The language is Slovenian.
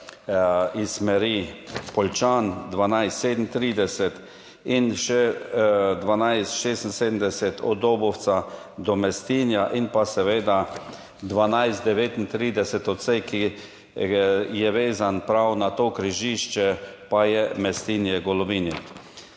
iz smeri Poljčan, 1237, in še 1276 od Dobovca do Mestinja in seveda odsek 1239, ki je vezan prav na to križišče, pa je Mestinje–Golobinjek.